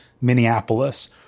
Minneapolis